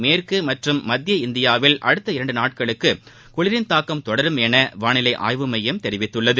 மேற்கு மற்றும் மத்திய இந்தியாவில் அடுத்த இரண்டு நாட்களுக்கு குளிரின் தாக்கம் தொடரும் என வானிலை ஆய்வு மையம் அறிவித்துள்ளது